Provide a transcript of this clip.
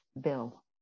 bill